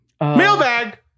Mailbag